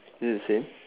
is it the same